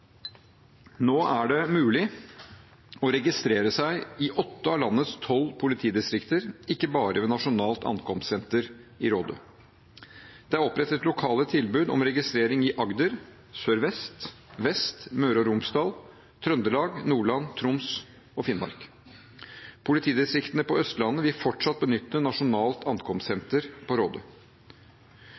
Nå er det mulig å registre seg i åtte av landets tolv politidistrikter, ikke bare ved Nasjonalt ankomstsenter i Råde. Det er opprettet lokale tilbud om registrering i Agder, Sør-Vest, Vest, Møre og Romsdal, Trøndelag, Nordland, Troms og Finnmark. Politidistriktene på Østlandet vil fortsatt benytte Nasjonalt ankomstsenter